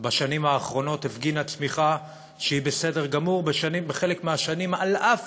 בשנים האחרונות הפגינה צמיחה שהיא בסדר גמור בחלק השנים על אף